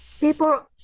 People